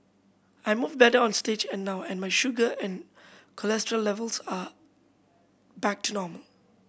I move better on stage and now and my sugar and cholesterol levels are back to normal